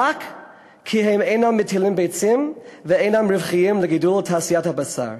רק כי הם אינם מטילים ביצים ואינם רווחיים לגידול לתעשיית הבשר,